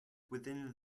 within